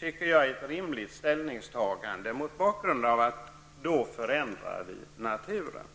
vilket jag anser är ett rimligt ställningstagande mot bakgrund av att man annars förändrar naturen.